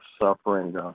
suffering